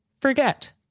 forget